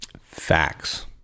Facts